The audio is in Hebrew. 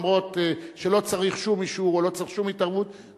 גם אם לא צריך שום אישור ולא צריך שום התערבות,